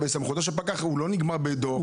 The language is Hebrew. סמכותו של פקח לא נגמרת בדוח.